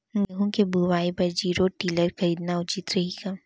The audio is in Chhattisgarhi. गेहूँ के बुवाई बर जीरो टिलर खरीदना उचित रही का?